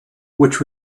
which